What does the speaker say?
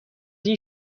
این